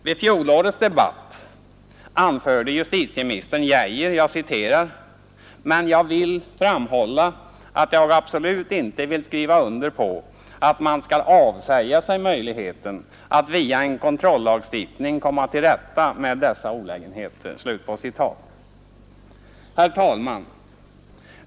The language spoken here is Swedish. Vid fjolårets debatt anförde justitieministern Geijer: ”Men jag vill framhålla att jag absolut inte vill skriva under på att man skall avsäga sig möjligheten att via en kontrollagstiftning komma till rätta med dessa olägenheter.” Herr talman!